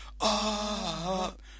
up